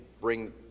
bring